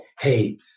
Hey